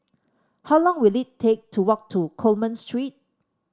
how long will it take to walk to Coleman Street